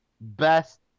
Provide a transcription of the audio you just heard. best